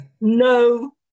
no